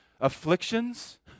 afflictions